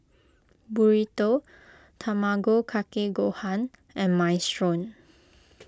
Burrito Tamago Kake Gohan and Minestrone